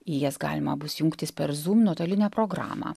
į jas galima bus jungtis per zūm nuotolinę programą